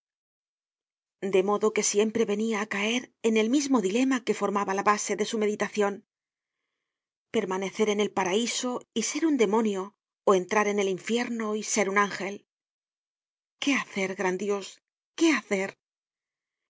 de modo que siempre venia á caer en el mismo dilema que formaba la base de su meditacion permanecer en el paraiso y ser un demonio ó entrar en el infierno y ser un ángel qué hacer gran dios qué hacer